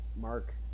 Mark